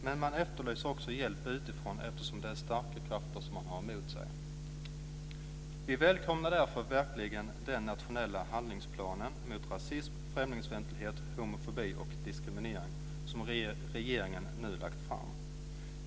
Men man efterlyser också hjälp utifrån, eftersom det är starka krafter man har emot sig. Vi välkomnar verkligen den nationella handlingsplanen mot rasism, främlingsfientlighet, homofobi och diskriminering som regeringen nu lagt fram.